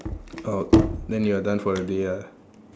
oh then you are done for the day ah